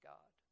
God